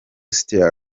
sitya